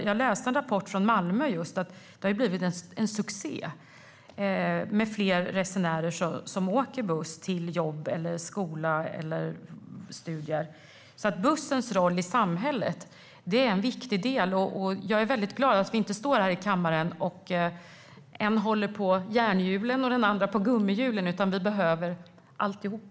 Jag läste en rapport från Malmö om att superbussarna har blivit en succé med fler resenärer som åker buss till jobb, skola och andra studier. Bussens roll i samhället är en viktig del. Jag är väldigt glad att vi inte står här i kammaren och att den ena håller på järnhjulen och den andra på gummihjulen. Vi behöver alltihop.